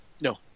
No